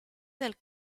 del